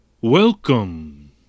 Welcome